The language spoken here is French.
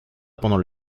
pendant